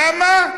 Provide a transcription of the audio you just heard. למה?